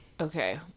okay